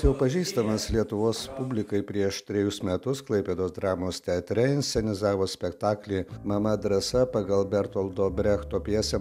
jau pažįstamas lietuvos publikai prieš trejus metus klaipėdos dramos teatre inscenizavo spektaklį mama drąsa pagal bertoldo brechto pjesę